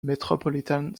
metropolitan